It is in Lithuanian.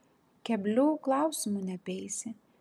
keblių klausimų neapeisi